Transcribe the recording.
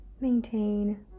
Maintain